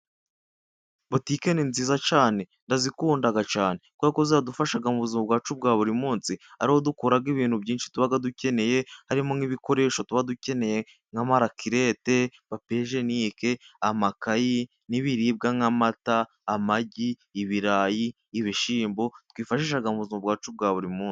Botike ni nziza cyane ndazikunda cyane. Kuko ziradufasha mu buzima bwacu bwa buri munsi, ariho dukuraga ibintu byinshi tuba dukeneye harimo nk'ibikoresho tuba dukeneye. Nk'amarakelete, papiyejenike, amakayi n'ibiribwa nk'amata, amagi, ibirayi, ibishyimbo twifashisha mu buzima bwacu bwa buri munsi.